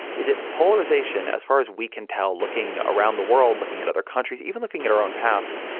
is it polarization as far as we can tell, looking around the world, looking at other countries, even looking at our own past,